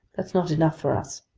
that's not enough for us.